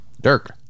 Dirk